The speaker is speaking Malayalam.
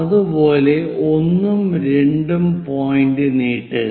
അതുപോലെ ഒന്നും രണ്ടും പോയിന്റ് നീട്ടുക